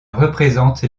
représente